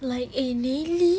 like eh nili